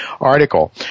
article